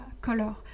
color